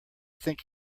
think